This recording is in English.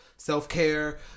self-care